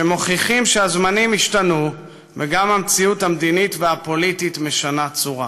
שמוכיחים שהזמנים השתנו וגם המציאות המדינית והפוליטית משנה צורה.